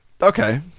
Okay